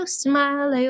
smile